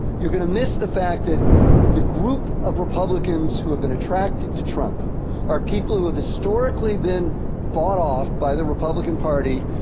you're gonna miss the fact that the group of republicans who have been attracted to trump are people who have historically been bought off by the republican party,